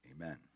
Amen